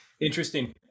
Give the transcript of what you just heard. Interesting